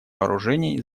вооружений